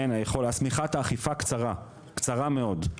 כן, שמיכת האכיפה היא קצרה, קצרה מאוד.